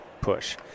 push